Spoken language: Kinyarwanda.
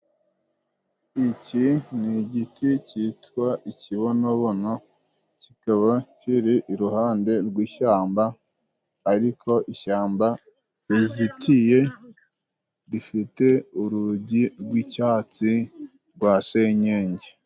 Iki ni igiti cyitwa ikibonobono, kikaba kiri iruhande rw'ishyamba ariko ishyamba rizitiye, rifite urugi rw'icyatsi rwa senyenge.